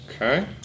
okay